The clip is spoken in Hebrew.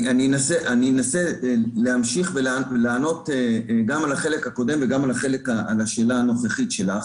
אני אנסה להמשיך ולענות גם על החלק הקודם וגם על השאלה הנוכחית שלך.